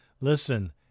Listen